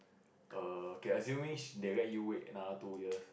err okay assuming they let you wait another two years